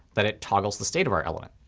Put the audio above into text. that it toggles the state of our element.